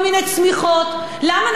למה אנחנו לא עושים מע"מ דיפרנציאלי?